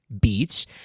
beats